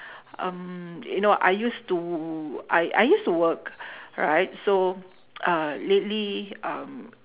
um you know I used to I I used to work right so uh lately um